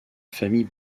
famille